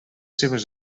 seves